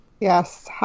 Yes